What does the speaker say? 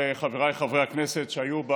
כאן, ישעיהו יחיאלי, וגם חבריי חברי הכנסת שהיו,